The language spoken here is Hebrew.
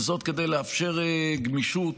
וזאת כדי לאפשר גמישות